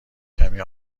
کمی